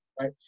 Right